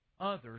others